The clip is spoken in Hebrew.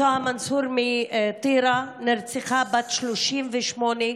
סוהא מנסור מטירה נרצחה בת 38,